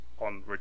on